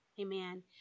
Amen